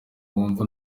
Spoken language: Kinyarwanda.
wumve